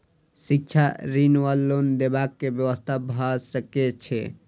शिक्षा ऋण वा लोन देबाक की व्यवस्था भऽ सकै छै?